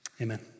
Amen